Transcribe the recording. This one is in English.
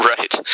Right